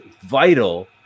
vital